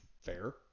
fair